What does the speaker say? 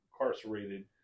incarcerated